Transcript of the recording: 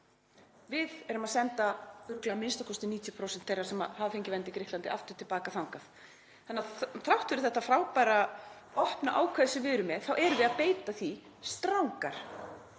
Við erum að senda örugglega a.m.k. 90% þeirra sem hafa fengið vernd í Grikklandi aftur til baka þangað þannig að þrátt fyrir þetta frábæra opna ákvæði sem við erum með þá erum við að beita því strangar